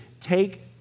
Take